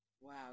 wow